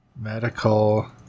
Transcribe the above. medical